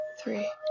three